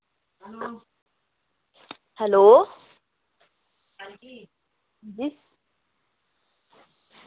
hello